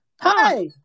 Hi